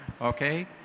okay